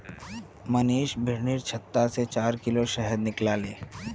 मनीष बिर्निर छत्ता से चार किलो शहद निकलाले